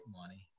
money